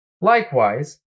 Likewise